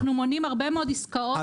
אנחנו מונעים הרבה מאוד עסקאות --- בתחרות.